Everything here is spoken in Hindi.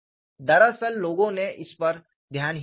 दरअसल लोगों ने इस पर ध्यान ही नहीं दिया